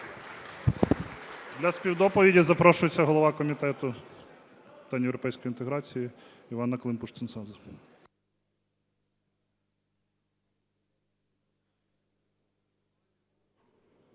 До співдоповіді запрошується голова Комітету з питань європейської інтеграції Іванна Климпуш-Цинцадзе.